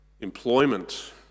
employment